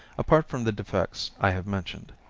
apart from the defects i have mentioned.